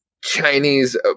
Chinese